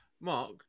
Mark